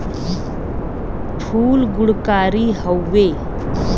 फूल गुणकारी हउवे